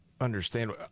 understand